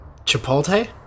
Chipotle